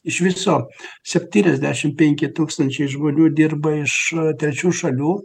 iš viso septyniasdešimt penki tūkstančiai žmonių dirba iš trečių šalių